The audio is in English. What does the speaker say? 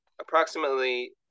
approximately